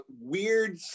weird